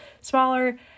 smaller